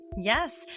Yes